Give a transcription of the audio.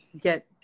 get